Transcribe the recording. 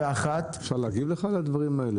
אפשר להגיב על הדברים שלך?